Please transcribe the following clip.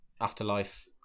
Afterlife